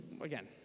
again